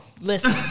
Listen